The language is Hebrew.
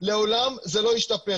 לעולם זה לא ישתפר.